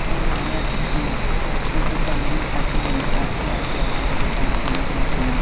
रामायण है तो वह भी पढ़ने में अच्छा लगता है जो बाल कांड है अपना